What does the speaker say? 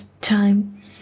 time